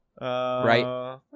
right